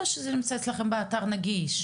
או שזה נמצא אצלכם באתר נגיש?